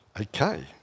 Okay